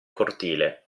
cortile